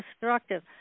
destructive